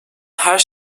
her